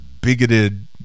bigoted